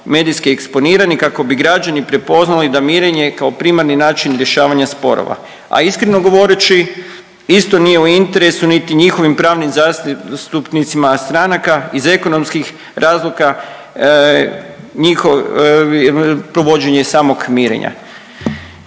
medijski eksponirani kako bi građani prepoznali da mirenje kao primarni način rješavanja sporova. A iskreno govoreći isto nije u interesu niti njihovim pravnim zastupnicima stranaka iz ekonomskih razloga provođenje samog mirenja.